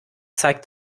zeigt